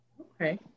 Okay